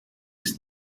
ist